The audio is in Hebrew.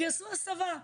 שיעשו הסבה.